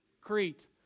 Crete